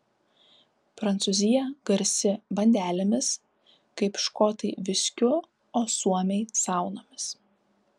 prancūzija garsi bandelėmis kaip škotai viskiu o suomiai saunomis